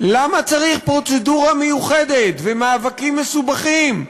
למה צריך פרוצדורה מיוחדת ומאבקים מסובכים?